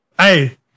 Hey